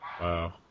Wow